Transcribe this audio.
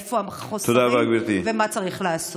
איפה החוסרים ומה צריך לעשות.